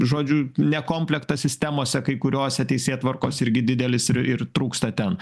žodžiu ne komplektas sistemose kai kuriose teisėtvarkos irgi didelis ir ir trūksta ten